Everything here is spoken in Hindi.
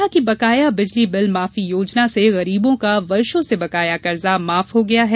उन्होंने कहा कि बकाया बिजली बिल माफी योजना से गरीबों का वर्षो से बकाया कर्जा माफ हो गया है